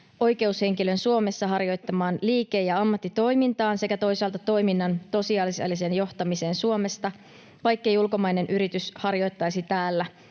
oikeushenkilön Suomessa harjoittamaan liike- ja ammattitoimintaan sekä toisaalta toiminnan tosiasialliseen johtamiseen Suomesta, vaikkei ulkomainen yritys harjoittaisi täällä